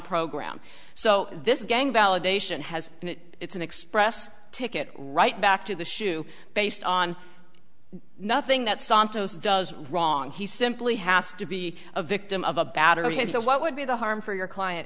program so this gang validation has it's an express ticket right back to the shoe based on nothing that santos does wrong he simply has to be a victim of a battery so what would be the harm for your client